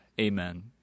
Amen